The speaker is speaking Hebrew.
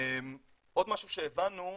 עוד משהו שהבנו,